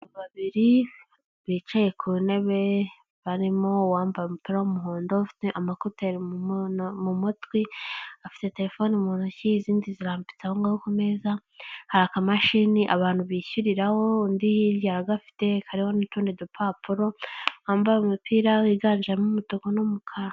Babiri bicaye ku ntebe barimo uwambaye umupira wumuhondo ufite amakoteri mu matwi afite terefone mu ntoki, izindi zafite aho ku meza hari akamashini abantu bishyuriraho undi hirya gafite kareba n'utundi dupapuro wambaye umupira wiganjemo umutuku n'umukara.